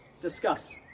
Discuss